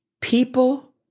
People